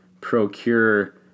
procure